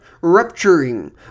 rupturing